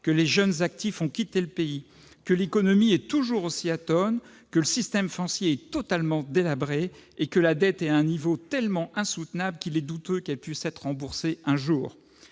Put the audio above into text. que les jeunes actifs ont quitté le pays, que l'économie est toujours aussi atone, que le système financier est totalement délabré et que la dette est à un niveau tellement insoutenable qu'il est douteux qu'elle puisse être remboursée un jour.